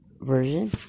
Version